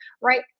right